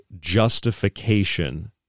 justification